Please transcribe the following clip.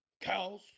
cows